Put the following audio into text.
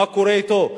מה קורה אתו.